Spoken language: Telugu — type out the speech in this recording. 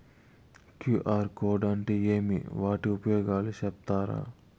క్యు.ఆర్ కోడ్ అంటే ఏమి వాటి ఉపయోగాలు సెప్తారా?